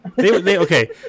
okay